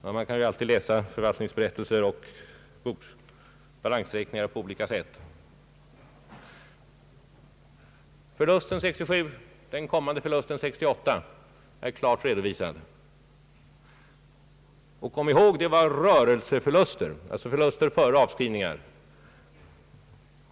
Ja, man kan ju alltid läsa förvaltningsberättelser och balansräkningar på olika sätt. Förlusten 1967 och den kommande förlusten 1968 har klart redovisats. Och kom ihåg att det är rörelseförluster, alltså förluster före avskrivningar.